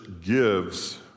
gives